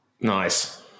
Nice